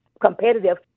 competitive